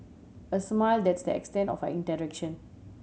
a smile that's the extent of our interaction